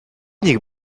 nich